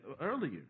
earlier